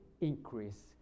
increase